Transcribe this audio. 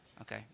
Okay